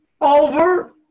over